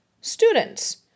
students